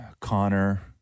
Connor